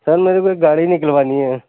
سر میرے کو ایک گاڑی نکلوانی ہے